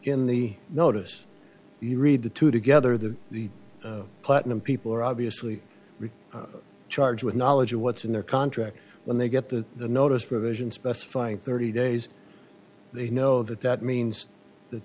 in the notice you read the two together the the platinum people are obviously charged with knowledge of what's in their contract when they get the notice provision specifying thirty days they know that that means that